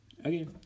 Okay